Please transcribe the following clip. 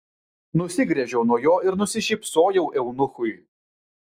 nusigręžiau nuo jo ir nusišypsojau eunuchui